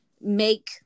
make